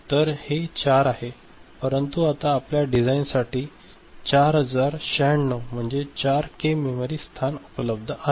तर हे 4 आहे परंतु आता आपल्याला डिझाइनरसाठी 4096 म्हणजे 4 के मेमरी स्थान उपलब्ध आहेत